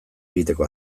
egiteko